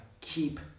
keep